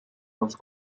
los